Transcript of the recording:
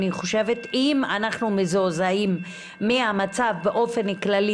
אני חושבת שאם אנחנו מזועזעים מהמצב באופן כללי